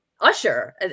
usher